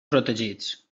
protegits